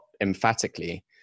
emphatically